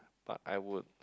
but I would